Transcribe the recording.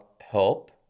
help